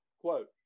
Quote